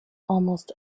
almost